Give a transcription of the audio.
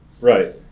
Right